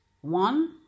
One